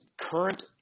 current